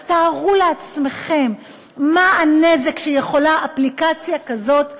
אז תארו לעצמכם מה הנזק שיכולה אפליקציה כזאת לעשות.